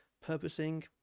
purposing